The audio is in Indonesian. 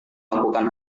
lakukan